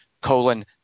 colon